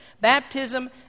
Baptism